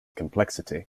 complexity